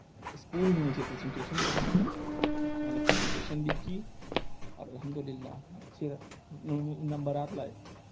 school میں مجھے presentation کرنا تھا اُس کی میں نے پرزنٹیشن بھی کی اور الحمد للہ میں اچھے نمبرات لائے